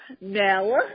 Now